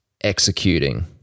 executing